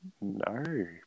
No